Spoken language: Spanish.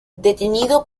detenido